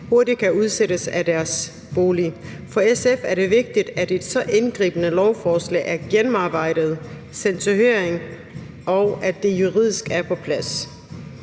hurtigt kan udsættes af deres bolig. For SF er det vigtigt, at et så indgribende lovforslag er gennemarbejdet og sendt i høring, og at det juridisk er på plads.